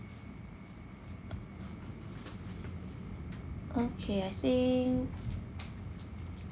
okay I think